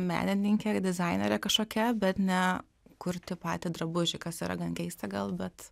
menininke dizainere kažkokia bet ne kurti patį drabužį kas yra gan keista gal bet